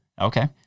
Okay